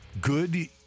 good